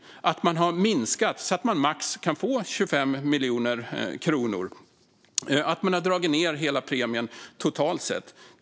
De har minskat den så att man kan få max 25 miljoner kronor och dragit ned hela premien totalt sett.